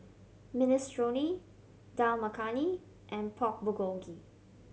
Minestrone Dal Makhani and Pork Bulgogi